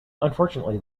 unfortunately